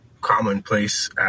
commonplace